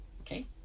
Okay